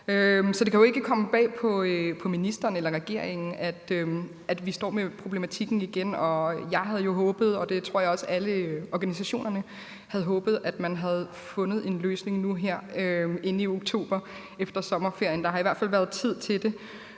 så det kan jo ikke komme bag på ministeren eller regeringen, at vi står med problematikken igen. Jeg havde jo håbet, og det tror jeg også alle organisationerne havde, at man havde fundet en løsning nu her inde i oktober, efter sommerferien. Der har i hvert fald været tid til det.